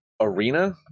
Arena